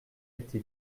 été